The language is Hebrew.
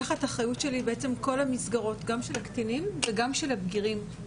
תחת האחריות שלי בעצם כל המסגרות - גם של הקטינים וגם של הבגירים.